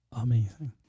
amazing